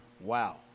Wow